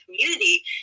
community